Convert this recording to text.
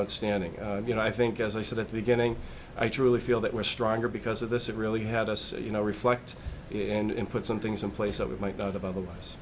outstanding you know i think as i said at the beginning i truly feel that we're stronger because of this it really had us you know reflect in put some things in place of it might have otherwise